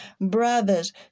Brothers